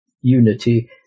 unity